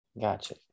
Gotcha